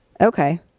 Okay